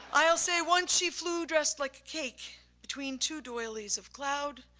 i'll say once she flew dressed like cake, between two doilies of cloud,